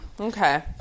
okay